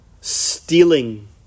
Stealing